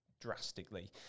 drastically